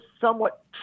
somewhat